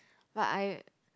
but I